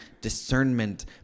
discernment